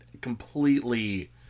completely